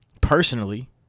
Personally